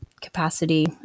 capacity